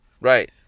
right